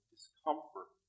Discomfort